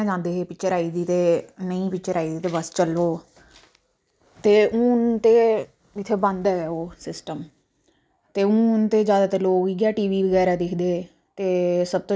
पराने लोग जेह्के रवाज़ चलांदे जियां कि होई जात्तर होई साढ़े मतलब कि जात्तर होंदी जात्तरै ई अस रातीं रातीं तक्कर मतलब अस